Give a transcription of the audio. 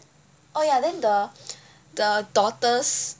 oh yeah then the the daughter's